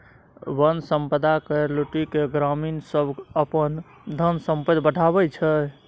बन संपदा केर लुटि केँ ग्रामीण सब अपन धन संपैत बढ़ाबै छै